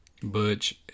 Butch